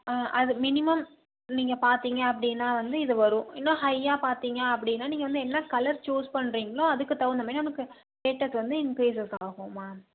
அது மினிமம் நீங்கள் பார்த்திங்க அப்படினா வந்து இது வரும் இன்னும் ஹையாக பார்த்திங்க அப்படினா நீங்கள் வந்து என்ன கலர் சூஸ் பண்ணுறீங்களோ அதுக்குத் தகுந்தமாதிரி நமக்கு ரேட்டஸ் வந்து இன்கிரீசஸ் ஆகும் மேம்